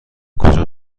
کجا